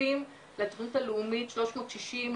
שותפים לתכנית הלאומית שלוש מאות ששים,